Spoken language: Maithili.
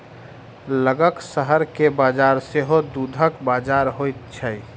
लगक शहर के बजार सेहो दूधक बजार होइत छै